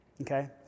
okay